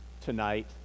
tonight